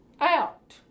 out